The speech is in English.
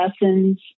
lessons